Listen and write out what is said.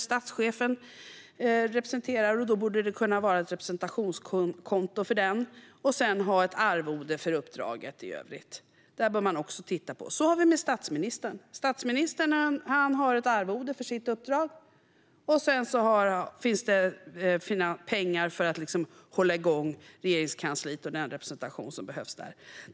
Statschefen representerar, och då borde det kunna finnas ett representationskonto för detta. Sedan borde det finnas ett arvode för uppdraget i övrigt. Detta bör man också titta på. Det här gäller för statsministern, som har ett arvode för sitt uppdrag, och sedan finns pengar för att hålla igång Regeringskansliet och den representation som behövs där.